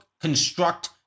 construct